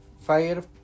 fire